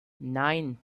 nein